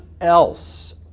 else